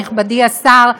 נכבדי השר,